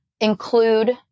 include